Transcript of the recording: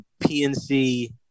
PNC